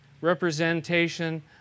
representation